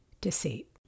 deceit